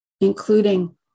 including